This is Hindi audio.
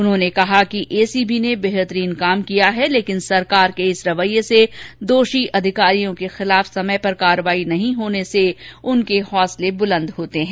उन्होंने कहा की एसीबी ने बेहतरीन कार्य किया है लेकिन सरकार के इस रवैये से दोषी अधिकारियों के खिलाफ समय पर कार्यवाही नहीं होने से उनके हौसले बुलंद होते हैं